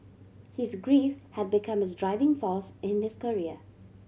his grief had become his driving force in his career